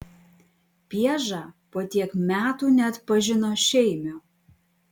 pieža po tiek metų neatpažino šeimio